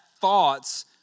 thoughts